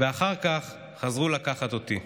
ואחר כך חזרו לקחת אותי.